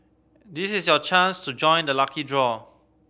this is your chance to join the lucky draw